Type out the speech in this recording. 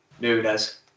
Nunez